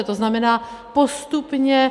To znamená postupně...